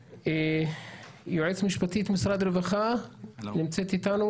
יועצת משפטית משרד הרווחה, ליהיא.